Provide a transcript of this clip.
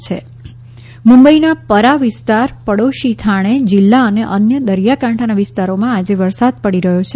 મહારાષ્ટ્ર વરસાદ મુંબઇના પરા વિસ્તાર પડોશી થાણે જિલ્લા અને અન્ય દરિયાકાંઠાના વિસ્તારોમાં આજે વરસાદ પડી રહ્યો છે